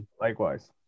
Likewise